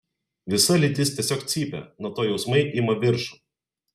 visa lytis tiesiog cypia nuo to jausmai ima viršų